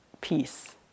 peace